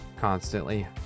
constantly